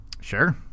sure